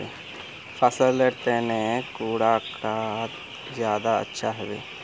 फसल लेर तने कुंडा खाद ज्यादा अच्छा हेवै?